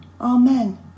Amen